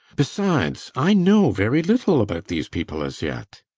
besides, i know very little about these people as yet.